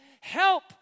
Help